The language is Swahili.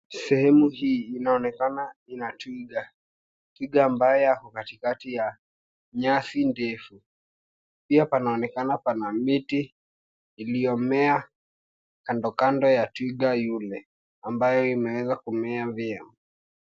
Sehemu hii inaonekana ina twiga. Twiga ambaye ako katikati ya nyasi ndefu. Pia panaonekana pana miti iliyomea kando kando ya twiga yule, ambayo imeweza kumea mbio.